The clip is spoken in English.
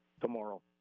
tomorrow